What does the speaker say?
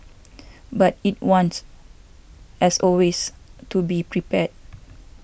but it wants as always to be prepared